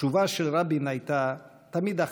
התשובה של רבין הייתה תמיד אחת: